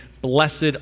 blessed